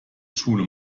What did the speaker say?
schule